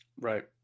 Right